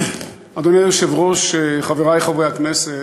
אדוני היושב-ראש, חברי חברי הכנסת,